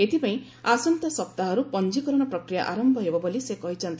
ଏଥିପାଇଁ ଆସନ୍ତା ସପ୍ତାହରୁ ପଞ୍ଜୀକରଣ ପ୍ରକ୍ରିୟା ଆରମ୍ଭ ହେବ ବୋଲି ସେ କହିଛନ୍ତି